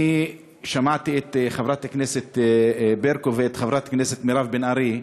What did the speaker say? אני שמעתי את חברת הכנסת ברקו ואת חברת הכנסת מירב בן ארי,